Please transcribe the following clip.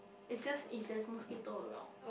it's just if there is mosquito around